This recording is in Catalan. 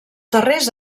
darrers